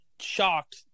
shocked